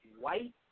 White